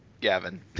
Gavin